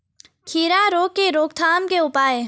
खीरा रोग के रोकथाम के उपाय?